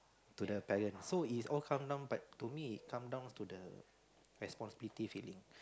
to the parents so it all comes down but to me it all comes down to the responsibility